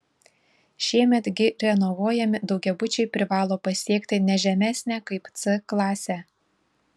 šiemet gi renovuojami daugiabučiai privalo pasiekti ne žemesnę kaip c klasę